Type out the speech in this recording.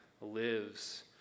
lives